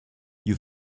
you